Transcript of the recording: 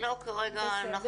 לא כרגע.